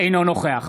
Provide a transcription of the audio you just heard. אינו נוכח